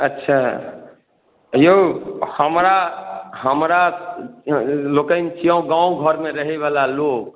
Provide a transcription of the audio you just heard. अच्छा यौ हमरा हमरा लोकनि छिए गामघरमे रहैवला लोक